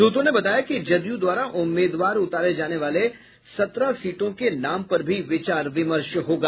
सूत्रों ने बताया कि जदयू द्वारा उम्मीदवार उतारे जाने वाले सत्रह सीटों के नाम पर भी विचार विमर्श होगा